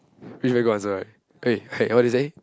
really very good answer right hey eh what did you say